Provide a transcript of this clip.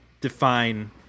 define